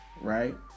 right